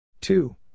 Two